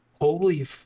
holy